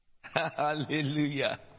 Hallelujah